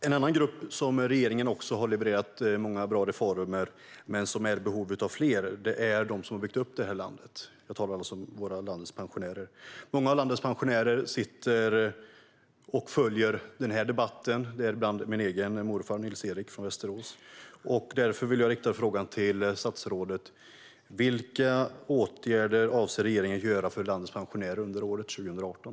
En annan grupp till vars gagn regeringen har levererat många bra reformer, men som är i behov av fler, är de som har byggt upp detta land - jag talar alltså om våra pensionärer. Många av landets pensionärer, däribland min egen morfar Nils-Erik från Västerås, sitter och följer denna debatt. Därför vill jag fråga statsrådet: Vilka åtgärder avser regeringen att vidta för landets pensionärer under år 2018?